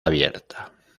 abierta